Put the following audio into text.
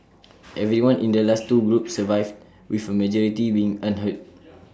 everyone in the last two groups survived with A majority being unhurt